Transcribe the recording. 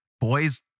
boys